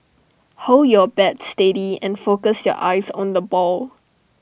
hold your bat steady and focus your eyes on the ball